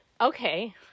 Okay